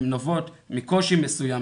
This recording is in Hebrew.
הן נובעות מקושי מסוים.